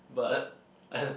but I